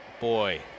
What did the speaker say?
boy